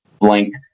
blank